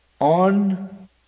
on